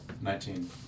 Nineteen